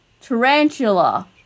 tarantula